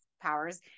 powers